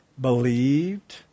believed